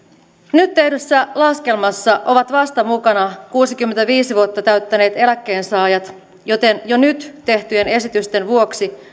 nyt tehdyssä laskelmassa ovat vasta mukana kuusikymmentäviisi vuotta täyttäneet eläkkeensaajat joten jo nyt tehtyjen esitysten vuoksi